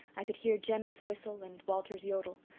i could hear jem's whistle and walter's yodel,